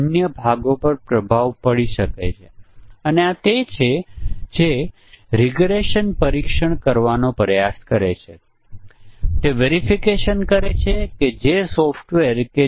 અહીં મુખ્ય નિરીક્ષણ એ છે કે જ્યારે કોઈ પ્રોગ્રામ 30 40 પરિમાણો સાથે લખવામાં આવે છે ત્યારે તે પરિમાણોની જોડી અથવા એક પરિમાણ અથવા કેટલાક પરિમાણોના 3 ચોક્કસ સંયોજનો હોય છે જે સમસ્યાનું કારણ બને છે